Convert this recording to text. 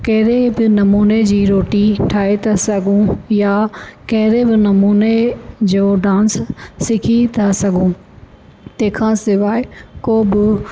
कहिड़े बि नमूने जी रोटी ठाहे था सघूं या कहिड़े बि नमूने जो डांस सिखी था सघूं तंहिं खां सवाइ को बि